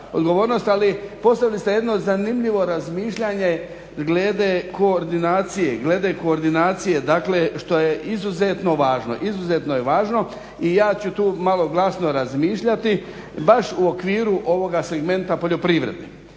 ali i postavili ste jedno zanimljivo razmišljanje glede koordinacije što je izuzetno važno. I ja ću tu malo glasno razmišljati baš u okviru ovoga segmenta poljoprivrede.